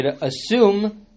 assume